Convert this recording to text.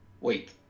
wait